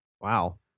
Wow